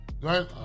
Right